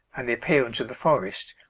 and the appearance of the forest,